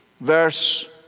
verse